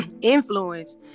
influence